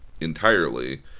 entirely